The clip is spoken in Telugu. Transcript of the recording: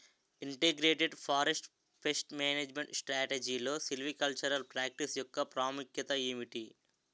ఇంటిగ్రేటెడ్ ఫారెస్ట్ పేస్ట్ మేనేజ్మెంట్ స్ట్రాటజీలో సిల్వికల్చరల్ ప్రాక్టీస్ యెక్క ప్రాముఖ్యత ఏమిటి??